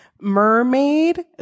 mermaid